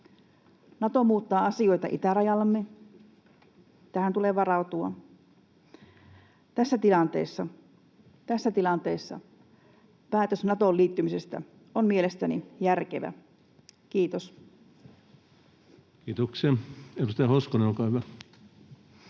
Nato muuttaa asioita itärajallamme. Tähän tulee varautua. Tässä tilanteessa — tässä tilanteessa — päätös Natoon liittymisestä on mielestäni järkevä. — Kiitos. Kiitoksia. — Edustaja Hoskonen, olkaa hyvä.